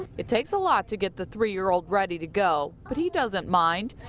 it takes a lot to get the three year old ready to go, but he doesn't mind.